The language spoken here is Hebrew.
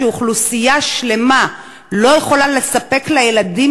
שאוכלוסייה שלמה לא יכולה לספק לילדים